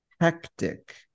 hectic